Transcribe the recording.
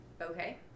Okay